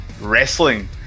wrestling